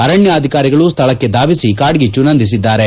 ಅರಣ್ಯ ಅಧಿಕಾರಿಗಳು ಸ್ಥಳಕ್ಕೆ ದಾವಿಸಿ ಕಾಡ್ಗಿಟ್ಟು ನಂದಿಸಿದ್ದಾರೆ